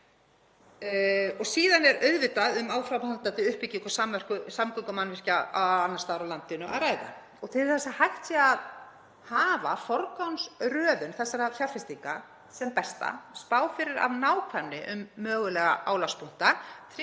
Síðan er auðvitað um áframhaldandi uppbyggingu samgöngumannvirkja annars staðar á landinu að ræða. Til þess að hægt sé að hafa forgangsröðun þessara fjárfestinga sem besta, spá fyrir af nákvæmni um mögulega álagspunkta,